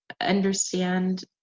understand